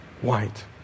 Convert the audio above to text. White